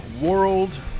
World